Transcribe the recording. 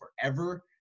forever